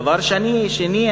דבר שני,